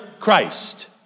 christ